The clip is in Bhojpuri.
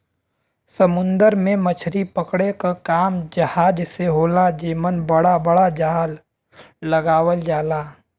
समुंदर में मछरी पकड़े क काम जहाज से होला जेमन बड़ा बड़ा जाल लगावल जाला